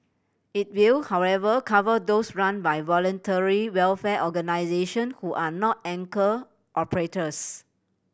it will however cover those run by voluntary welfare organisation who are not anchor operators